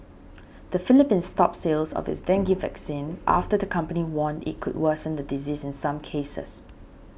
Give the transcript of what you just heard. the Philippines stopped sales of its dengue vaccine after the company warned it could worsen the disease in some cases